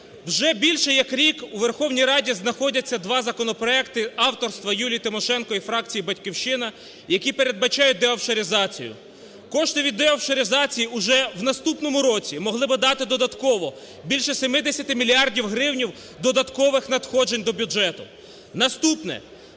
Вже більше як рік у Верховній Раді знаходяться два законопроекти авторства Юлії Тимошенко і фракції "Батьківщина", які передбачають деофшоризацію. Кошти від деофшоризації уже в наступному році могли би дати додатково більше 70 мільярдів гривен додаткових надходжень до бюджету. Наступне.